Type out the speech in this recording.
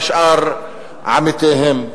משאר עמיתיהם.